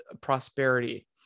prosperity